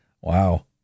wow